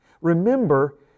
Remember